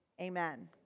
Amen